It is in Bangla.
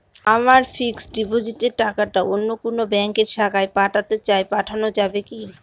আমার ফিক্সট ডিপোজিটের টাকাটা অন্য কোন ব্যঙ্কের শাখায় পাঠাতে চাই পাঠানো যাবে কি?